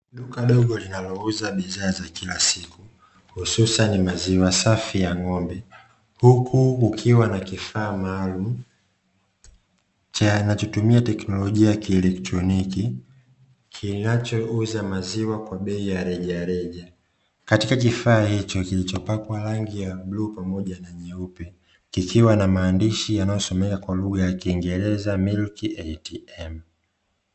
Duka dogo linalouza bidhaa za kila siku, ni maziwa safi ya ng'ombe kukiwa na kifaa maalumu chenye kutumia teknolojia kielektroniki kinachouza maziwa kwa bei ya rejareja. katika kifaa hicho kilichopakwa rangi ya bluu pamoja na nyeupe kikiwa na maandishi yanayosomeka kwa lugha ya kiingereza milki ya 8m.